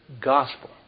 gospel